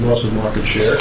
rest of the market share